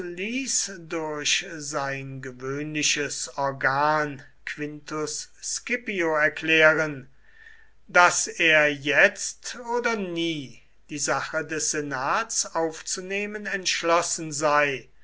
durch sein gewöhnliches organ quintus scipio erklären daß er jetzt oder nie die sache des senats aufzunehmen entschlossen sei